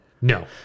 no